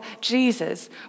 Jesus